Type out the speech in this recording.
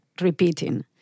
repeating